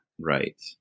right